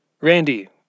Randy